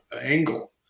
angle